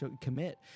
commit